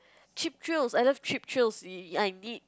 cheap thrills I love cheap thrills y~ I need